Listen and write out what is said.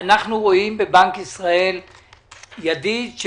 רואים בבנק ישראל ידיד.